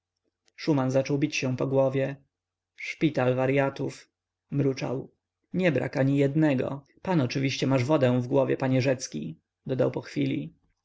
szuman zaczął bić się po głowie szpital waryatów mruczał nie brak ani jednego pan oczywiście masz wodę w głowie panie rzecki dodał pochwili